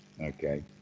Okay